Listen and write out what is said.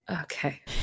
Okay